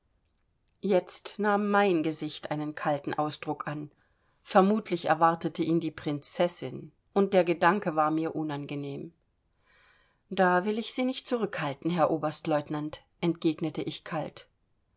jetzt nahm mein gesicht einen kalten ausdruck an vermutlich erwartete ihn die prinzessin und der gedanke war mir unangenehm da will ich sie nicht zurückhalten herr oberstlieutenant entgegnete ich kalt